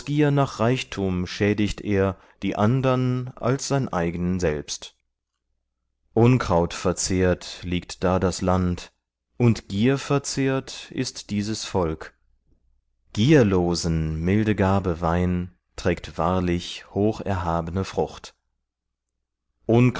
nach reichtum schädigt er die andern als sein eigen selbst unkrautverzehrt liegt da das land und gierverzehrt ist dieses volk gierlosen milde gabe weihn trägt wahrlich hocherhabne frucht